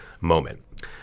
moment